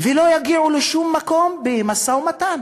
ולא יגיעו לשום מקום במשא-ומתן.